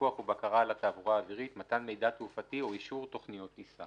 פיקוח ובקרה על התעבורה האווירית מתן מידע תעופתי או אישור תכניות טיסה"